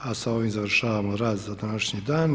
A sa ovim završavamo rad za današnji dan.